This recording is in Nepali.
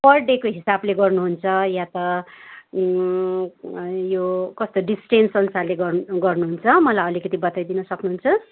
पर डेको हिसाबले गर्नुहुन्छ या त यो कस्तो डिस्टेन्स अन्सारले गर गर्नुहुन्छ मलाई अलिकति बताइदिन सक्नुहुन्छ